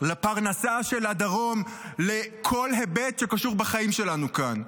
לפרנסה של הדרום, לכל היבט שקשור בחיים שלנו כאן.